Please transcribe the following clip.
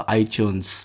iTunes